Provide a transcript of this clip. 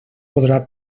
podrà